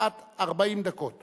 כמעט 40 דקות